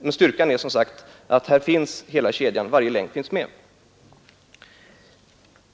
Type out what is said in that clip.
Men styrkan i vårt förslag är som sagt att varje länk i kedjan finns med.